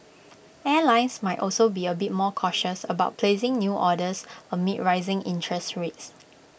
airlines might also be A bit more cautious about placing new orders amid rising interest rates